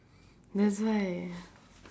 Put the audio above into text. that's why